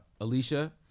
alicia